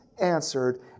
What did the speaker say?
answered